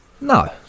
No